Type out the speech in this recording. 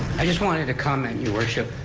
i just wanted to comment, your worship.